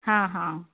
हाँ हाँ